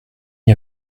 n’y